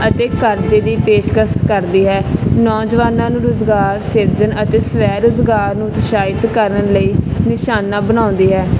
ਅਤੇ ਕਰਜ਼ੇ ਦੀ ਪੇਸ਼ਕਸ਼ ਕਰਦੀ ਹੈ ਨੌਜਵਾਨਾਂ ਨੂੰ ਰੁਜ਼ਗਾਰ ਸਿਰਜਣ ਅਤੇ ਸਵੈ ਰੁਜ਼ਗਾਰ ਨੂੰ ਉਤਸ਼ਾਹਿਤ ਕਰਨ ਲਈ ਨਿਸ਼ਾਨਾ ਬਣਾਉਂਦੀ ਹੈ